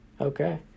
Okay